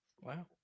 Wow